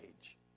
age